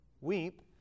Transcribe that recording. weep